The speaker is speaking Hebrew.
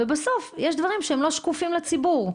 בסוף יש דברים שהם לא שקופים לציבור.